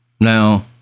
now